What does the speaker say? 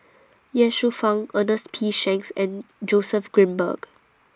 Ye Shufang Ernest P Shanks and Joseph Grimberg